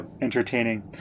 entertaining